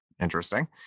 interesting